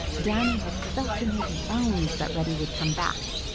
danny had felt in his bones that reddy would come back,